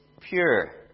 pure